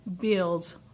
builds